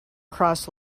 cross